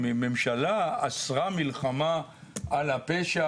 הממשלה אסרה מלחמה על הפשע,